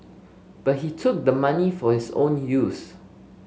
but he took the money for his own use